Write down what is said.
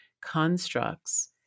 constructs